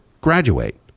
graduate